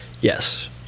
Yes